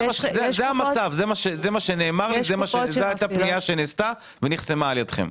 זו פנייה שנעשתה ונחסמה על ידכם.